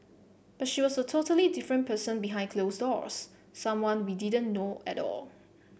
but she was a totally different person behind closed doors someone we didn't know at all